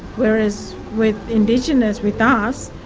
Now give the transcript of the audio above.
whereas with indigenous, with us,